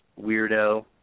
weirdo